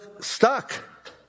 stuck